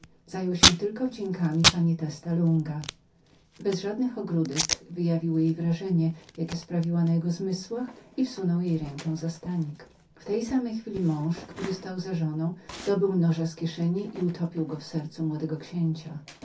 zajął się tylko wdziękami pani testa lunga bez żadnych ogródek wyjawił jej wrażenie jakie sprawiała na jego zmysłach zuchwałą ręką objął jej kibić i pocałował w twarz w tej samej chwili mąż który stał za żoną dobył noża z kieszeni i utopił go w sercu młodego księcia